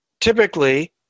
typically